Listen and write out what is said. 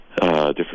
Different